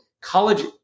college